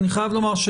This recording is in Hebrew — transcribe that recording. אני חייב לומר,